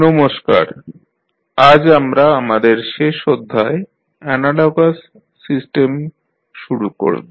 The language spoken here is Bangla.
নমস্কার আজ আমরা আমাদের শেষ অধ্যায় অ্যানালগাস সিস্টেম শুরু করব